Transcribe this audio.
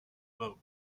vote